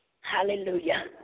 Hallelujah